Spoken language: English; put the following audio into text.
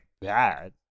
bad